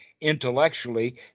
intellectually